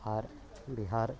आओर बिहार